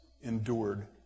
endured